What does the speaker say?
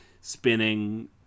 spinning